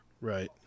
Right